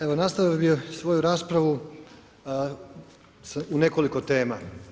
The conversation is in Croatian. Evo, nastavio bih svoju raspravu u nekoliko tema.